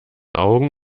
augen